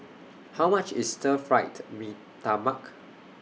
How much IS Stir Fry Mee Tai Mak